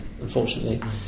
unfortunately